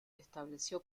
estableció